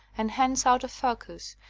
and hence out of focus,